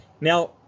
Now